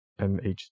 MH